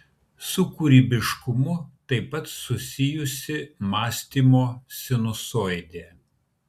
su kūrybiškumu taip pat susijusi mąstymo sinusoidė